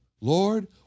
Lord